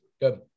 Good